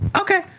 Okay